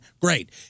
great